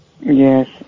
yes